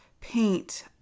paint